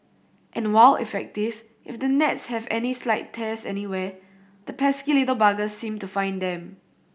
and while effective if the nets have any slight tears anywhere the pesky little buggers seem to find them